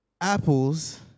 Apples